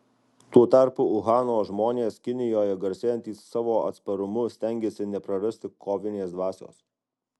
tuo tarpu uhano žmonės kinijoje garsėjantys savo atsparumu stengiasi neprarasti kovinės dvasios